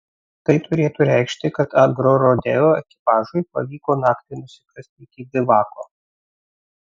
tai turėtų reikšti kad agrorodeo ekipažui pavyko naktį nusikasti iki bivako